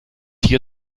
hier